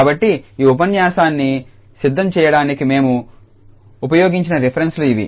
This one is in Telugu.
కాబట్టి ఈ ఉపన్యాసాన్ని సిద్ధం చేయడానికి మేము ఉపయోగించిన రెఫరెన్స్ లు ఇవి